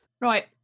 Right